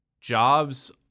jobs